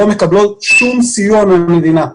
לא מקבלות שום סיוע מהמדינה.